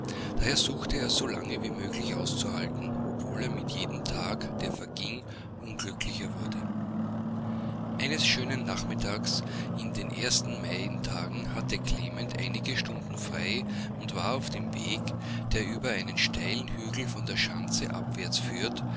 daher suchte er so lange wie möglich auszuhalten obwohlermitjedemtage derverging unglücklicherwurde eines schönen nachmittags in den ersten maientagen hatte klement einige stunden frei und war auf dem wege der über einen steilen hügel von der schanze abwärts führt